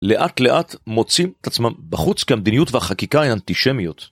לאט לאט מוצאים את עצמם בחוץ כמדיניות והחקיקה היא אנטישמיות.